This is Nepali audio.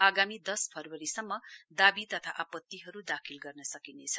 आगामी दस फरवरीसम्म दावी तथा आपत्तिहरू दाखिल गर्न सकिनेछ